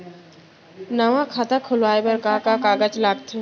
नवा खाता खुलवाए बर का का कागज लगथे?